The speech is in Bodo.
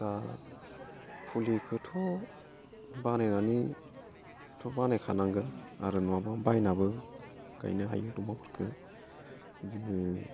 दा फुलिखौथ' बानायनानैथ' बानायखानांगोन आरो नङाबा बायनाबो गायनो हायो दंफांफोरखौ बिदिनो